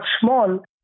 small